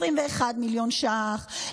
21 מיליון ש"ח,